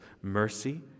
mercy